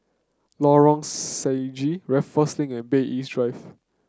Lorong Stangee Raffles Link and Bay East Drive